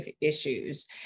issues